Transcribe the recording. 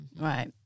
Right